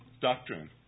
doctrine